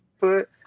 put